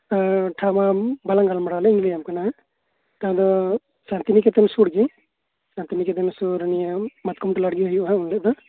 ᱴᱷᱟᱸᱣ ᱢᱟ ᱵᱟᱞᱟᱝ ᱜᱟᱞᱢᱟᱨᱟᱣ ᱞᱮᱫ ᱤᱧ ᱞᱟᱹᱭ ᱟᱢ ᱠᱟᱱᱟ ᱦᱟᱸᱜ ᱟᱫᱚ ᱥᱟᱱᱛᱤᱱᱤᱠᱮᱛᱚᱱ ᱥᱩᱨᱜᱮ ᱥᱟᱱᱛᱤᱱᱤᱠᱮᱛᱚᱱ ᱥᱩᱨ ᱱᱤᱭᱟᱹ ᱢᱟᱛᱠᱚᱢ ᱴᱚᱞᱟᱨᱮᱜᱮ ᱦᱩᱭᱩᱜᱼᱟ ᱩᱱᱦᱤᱞᱳᱜ ᱫᱚ